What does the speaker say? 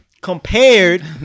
Compared